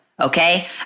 okay